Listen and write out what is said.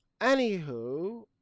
Anywho